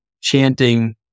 chanting